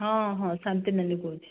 ହଁ ହଁ ଶାନ୍ତି ନାନୀ କହୁଛି